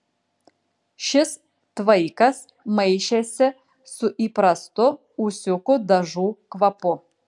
šis tvaikas maišėsi su įprastu ūsiukų dažų kvapu